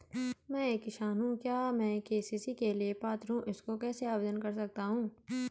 मैं एक किसान हूँ क्या मैं के.सी.सी के लिए पात्र हूँ इसको कैसे आवेदन कर सकता हूँ?